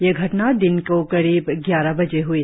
यह घटना दिन को करीब ग्यारह बजे हई